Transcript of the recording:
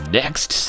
next